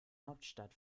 hauptstadt